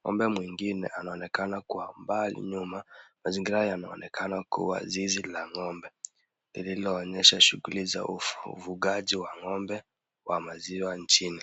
Ng'ombe mwingine anaonekanakwa mbali nyuma. Mazingira yananonekana kuwa zizi la ng'ombe lilioonyesha shughuli za ufugaji wa ng'ombe wa maziwa nchini.